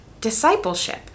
discipleship